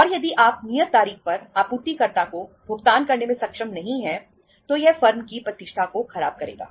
और यदि आप नियत तारीख पर आपूर्तिकर्ता को भुगतान करने में सक्षम नहीं हैं तो यह फर्म की प्रतिष्ठा को खराब करेगा